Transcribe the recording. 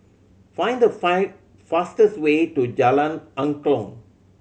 find the fastest way to Jalan Angklong